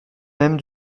mêmes